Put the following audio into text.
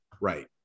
Right